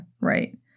Right